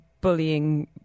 bullying